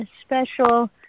special